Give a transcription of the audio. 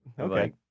Okay